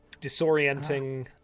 disorienting